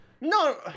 no